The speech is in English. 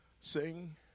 sing